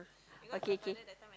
okay kay